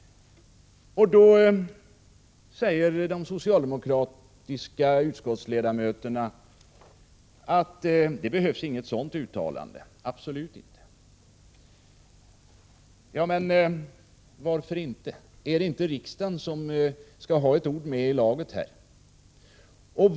Då säger de socialdemokratiska utskottsledamöterna: Det behövs inget sådant uttalande — absolut inte. Jag frågar: Varför inte? Är det inte riksdagen som skall ha ett ord med i laget nu?